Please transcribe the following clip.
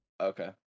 Okay